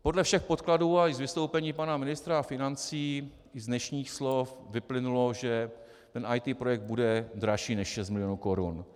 Podle všech podkladů a i z vystoupení pana ministra financí i z dnešních slov vyplynulo, že ten IT projekt bude dražší než 6 milionů korun.